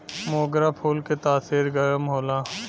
मोगरा फूल के तासीर गरम होला